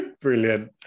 brilliant